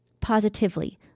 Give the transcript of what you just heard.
positively